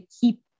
keep